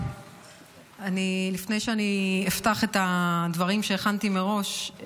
לפני שאני אפתח את הדברים שהכנתי מראש,